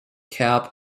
cap